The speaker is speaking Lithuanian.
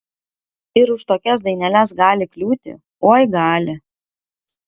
ir už tokias daineles gali kliūti oi gali